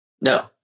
no